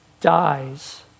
dies